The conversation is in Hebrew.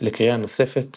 לקריאה נוספת